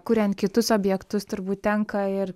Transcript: kuriant kitus objektus turbūt tenka ir